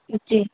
जी